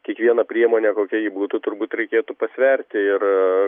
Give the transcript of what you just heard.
kiekvieną priemonę kokia ji būtų turbūt reikėtų pasverti ir